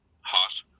hot